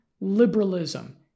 liberalism